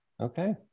Okay